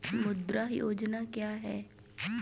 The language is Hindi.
मुद्रा योजना क्या है?